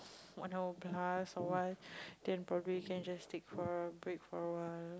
one hour plus a while then probably we can just take for break for a while